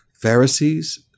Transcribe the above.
Pharisees